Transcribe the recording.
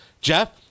Jeff